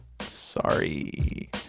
Sorry